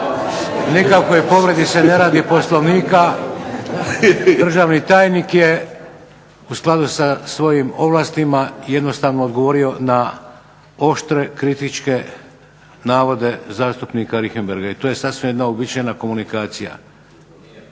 nikakvoj povredi Poslovnika. Državni tajnik je u skladu sa svojim ovlastima jednostavno odgovorio na oštre, kritičke navode zastupnika Richembergha. I to je sasvim jedna uobičajena komunikacija.